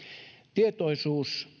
tietoisuus